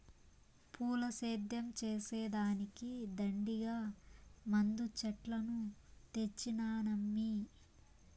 పూల సేద్యం చేసే దానికి దండిగా మందు చెట్లను తెచ్చినానమ్మీ